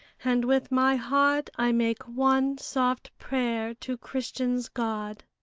and with my heart i make one soft prayer to christians' god.